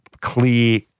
clear